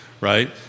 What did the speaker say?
right